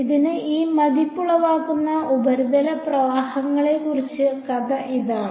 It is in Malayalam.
അതിനാൽ ഈ മതിപ്പുളവാക്കുന്ന ഉപരിതല പ്രവാഹങ്ങളെക്കുറിച്ചുള്ള കഥ ഇതാണ്